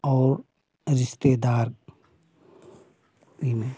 और रिश्तेदारी में